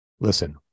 Listen